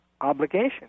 obligation